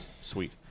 sweet